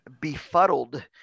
befuddled